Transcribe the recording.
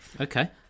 Okay